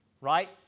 Right